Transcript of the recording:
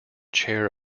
chair